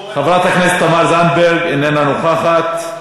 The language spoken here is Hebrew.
חברת הכנסת תמר זנדברג, איננה נוכחת,